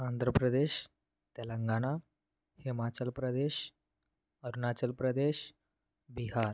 Andhra Pradesh Telangana Himachal Pradesh Arunachal Pradesh Bihar